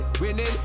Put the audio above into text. winning